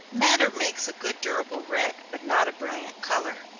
madder makes a good durable red, but not a brilliant color.